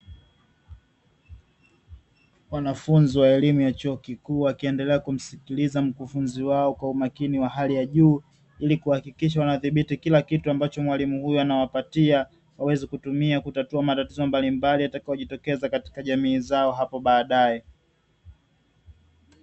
Wanafunzi wa elimu ya chuo kikuu, wakiendelea kumsikiliza mkufunzi wao kwa umakini wa hali ya juu, ili kuhakikisha wanadhibiti kila kitu ambacho mwalimu huyo anawapatia waweze kutumia kutatua matatizo mbalimbali yatakayo jitokeza katika jamii zao hapo baadae